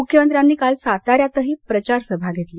मुख्यमंत्र्यांनी काल साता यातही प्रचारसभा घेतली